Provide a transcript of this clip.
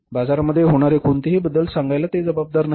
बाजारामध्ये होणारे कोणतेही बदल सांगायला ते जबाबदार नाहीत